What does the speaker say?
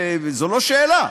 זו לא שאלה.